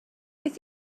beth